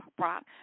rock